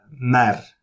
mer